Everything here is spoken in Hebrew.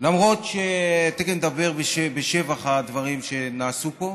למרות שתכף נדבר בשבח הדברים שנעשו פה.